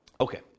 Okay